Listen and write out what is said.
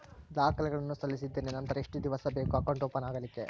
ದಾಖಲೆಗಳನ್ನು ಸಲ್ಲಿಸಿದ್ದೇನೆ ನಂತರ ಎಷ್ಟು ದಿವಸ ಬೇಕು ಅಕೌಂಟ್ ಓಪನ್ ಆಗಲಿಕ್ಕೆ?